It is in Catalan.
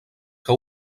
que